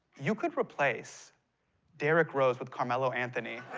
you could replace derrick rose with carmelo anthony,